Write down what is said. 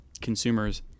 consumers